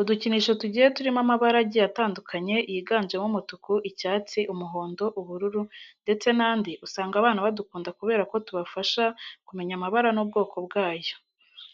Udukinisho tugiye turimo amabara agiye atandukanye yiganjemo umutuku, icyatsi, umuhondo, ubururu ndetse n'andi usanga abana badukunda kubera ko tubafasha kumenya amabara n'ubwoko bwayo.